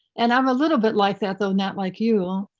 and i'm a little bit like that though not like you.